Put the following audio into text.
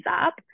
up